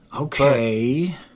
Okay